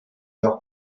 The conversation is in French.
leurs